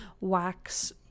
wax